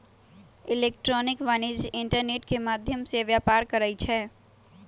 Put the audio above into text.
electronic वाणिज्य internet के माध्यम से व्यापार करइ छै